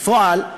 בפועל,